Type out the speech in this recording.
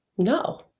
No